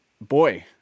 boy